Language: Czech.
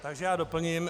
Takže já doplním.